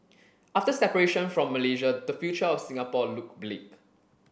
after separation from Malaysia the future of Singapore looked bleak